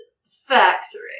factory